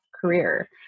career